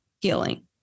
healing